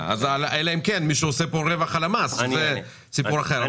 אלא אם כן מישהו עושה רווח על המס וזה כבר סיפור אחר.